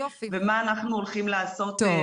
ומה אנחנו הולכים לעשות בתקופה הקרובה.